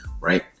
right